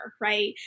Right